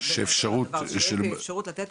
שתהיה אפשרות לתת